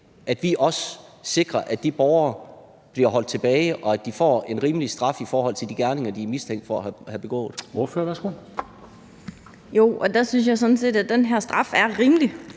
at vi også sikrer, at de borgere bliver holdt tilbage, og at de får en rimelig straf i forhold til de gerninger, de er mistænkt for at have begået. Kl. 13:02 Formanden (Henrik Dam Kristensen): Ordføreren,